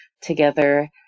together